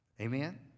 Amen